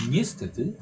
Niestety